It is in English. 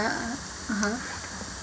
ya (uh huh)